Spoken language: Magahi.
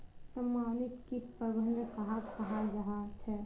समन्वित किट प्रबंधन कहाक कहाल जाहा झे?